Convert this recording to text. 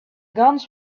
guns